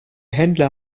händler